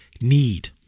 need